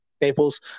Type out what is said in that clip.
Naples